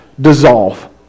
dissolve